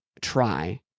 try